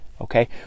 Okay